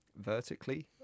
vertically